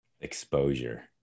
Exposure